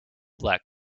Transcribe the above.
black